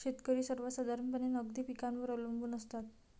शेतकरी सर्वसाधारणपणे नगदी पिकांवर अवलंबून असतात